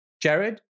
Jared